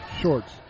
Shorts